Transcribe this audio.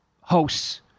hosts